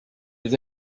les